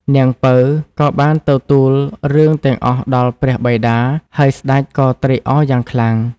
នាងពៅ ក៏បានទៅទូលរឿងទាំងអស់ដល់ព្រះបិតា ហើយស្តេចក៏ត្រេកអរយ៉ាងខ្លាំង ។